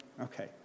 Okay